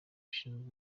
ushinzwe